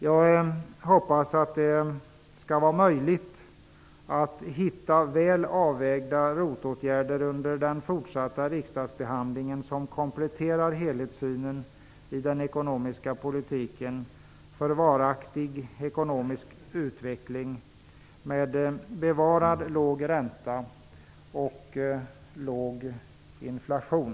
Jag hoppas att det under den fortsatta riksdagsbehandlingen blir möjligt att hitta väl avvägda ROT-åtgärder som kompletterar helhetssynen i den ekonomiska politiken till förmån för en varaktig ekonomisk utveckling med bevarad låg ränta och låg inflation.